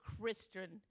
Christian